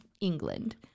England